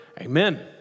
Amen